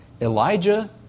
Elijah